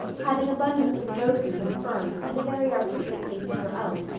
having abundance of roses and ferns and a very artistic taste of her own,